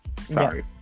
Sorry